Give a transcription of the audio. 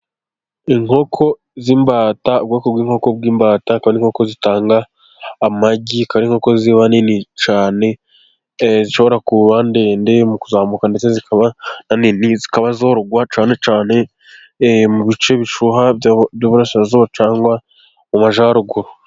Inkoko z'imbata, ubwoko bw'inkoko bw'imbata, akaba ari inkoko zitanga amagi, akaba ari inkoko ziba nini cyane, zishobora kuba ndende mu kuzamuka, ndetse ziba cyane cyane mu bice bishyuha by'Uburasirazuba cyangwa mu Majyaruguru.